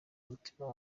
umutima